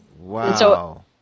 Wow